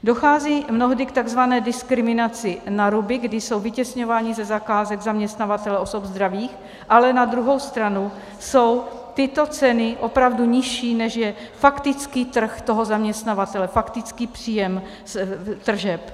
Dochází mnohdy k takzvané diskriminaci naruby, kdy jsou vytěsňováni ze zakázek zaměstnavatelé osob zdravých, ale na druhou stranu jsou tyto ceny opravdu nižší, než je faktický trh toho zaměstnavatele, faktický příjem tržeb.